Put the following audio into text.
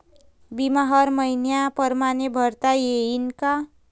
बिमा हर मइन्या परमाने भरता येऊन का?